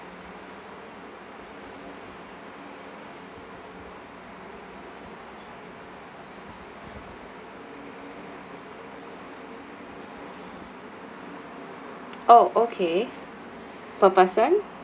oh okay per person